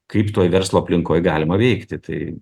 kaip toj verslo aplinkoj galima veikti tai